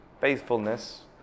faithfulness